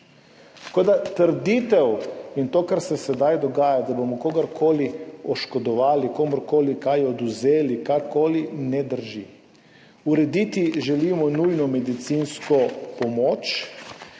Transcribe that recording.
tisoč. Trditev in to, kar se sedaj dogaja, da bomo kogarkoli oškodovali, komurkoli kaj oziroma karkoli odvzeli, ne drži. Urediti želimo nujno medicinsko pomoč